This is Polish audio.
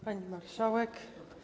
Pani Marszałek!